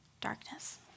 darkness